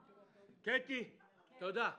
קטי, תודה,